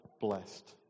blessed